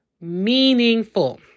meaningful